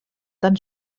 tan